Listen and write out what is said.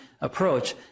approach